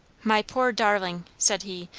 my poor darling! said he,